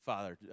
Father